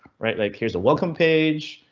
right? like here's a welcome page.